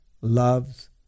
loves